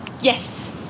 Yes